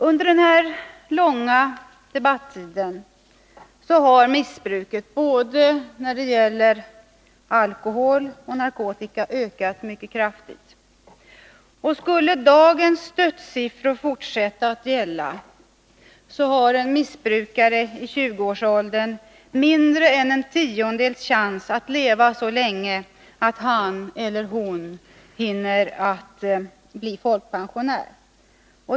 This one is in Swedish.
Under denna långa debattid har missbruket, både vad gäller alkohol och narkotika, ökat mycket kraftigt. Skulle dagens dödssiffror fortsätta att gälla, har en missbrukare i tjugoårsåldern mindre än en tiondels chans att leva så länge att han eller hon hinner bli folkpensionär.